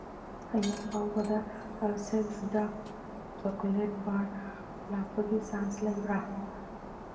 ꯍꯌꯦꯡ ꯐꯥꯎꯕꯗ Hershey's dark chocolate bar ꯂꯥꯛꯄꯒꯤ ꯆꯥꯟꯁ ꯂꯩꯕ꯭ꯔꯥ